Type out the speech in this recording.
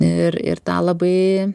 ir ir tą labai